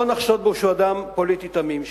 לא נחשוד בו שהוא אדם פוליטי תמים,